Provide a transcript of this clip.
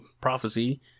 prophecy